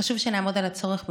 חשוב שנעמוד על הצורך במודעות,